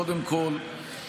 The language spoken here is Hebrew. קודם כול,